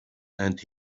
and